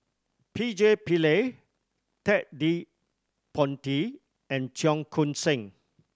P J Pillay Ted De Ponti and Cheong Koon Seng